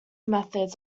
methods